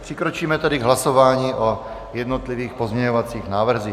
Přikročíme tedy k hlasování o jednotlivých pozměňovacích návrzích.